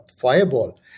fireball